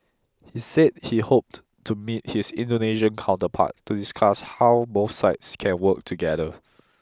he said he hoped to meet his Indonesian counterpart to discuss how both sides can work together